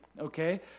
okay